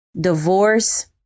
divorce